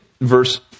verse